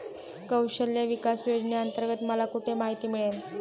कौशल्य विकास योजनेअंतर्गत मला कुठे माहिती मिळेल?